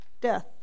Death